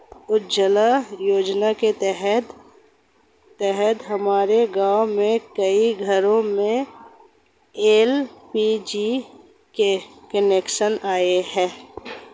उज्ज्वला योजना के तहत हमारे गाँव के कई घरों में एल.पी.जी के कनेक्शन आए हैं